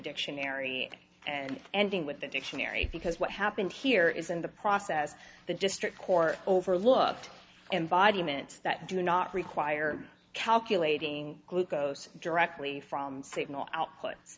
dictionary and ending with the dictionary because what happened here is in the process the district court overlooked and body minutes that do not require calculating glucose directly from signal outputs